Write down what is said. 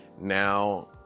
Now